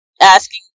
asking